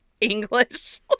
English